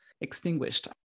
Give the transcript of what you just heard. extinguished